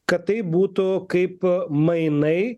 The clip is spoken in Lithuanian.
kad tai būtų kaip mainai